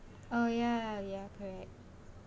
oh ya ya correct